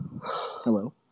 Hello